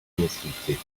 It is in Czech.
měsíci